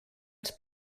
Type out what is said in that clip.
els